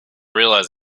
realise